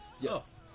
Yes